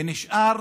והוא נשאר